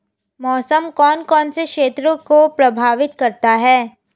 मौसम कौन कौन से क्षेत्रों को प्रभावित करता है?